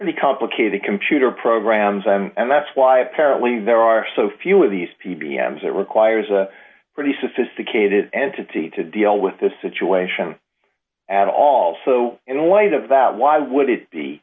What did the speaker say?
the complicated computer programs and that's why apparently there are so few of these p b s that requires a pretty sophisticated entity to deal with the situation at all so in light of that why would it be